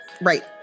Right